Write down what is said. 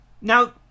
now